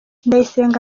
ndayisenga